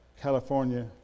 California